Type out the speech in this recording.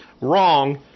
wrong